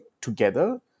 together